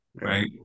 Right